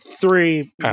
three